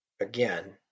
Again